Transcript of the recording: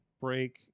Break